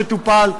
שטופל,